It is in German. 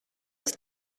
ist